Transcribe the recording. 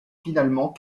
finalement